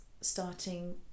starting